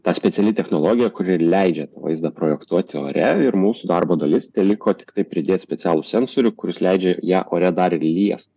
ta speciali technologija kuri leidžia tą vaizdą projektuoti ore ir mūsų darbo dalis teliko tiktai pridėti specialų cenzorių kuris leidžia ją ore dar ir liest